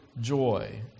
joy